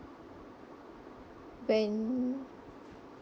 go on